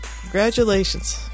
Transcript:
Congratulations